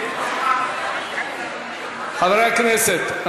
חברי הכנסת,